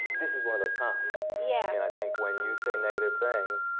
this is one of those times. yeah. and i think when you say negative things,